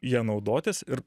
ja naudotis ir